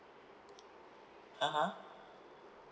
(uh huh)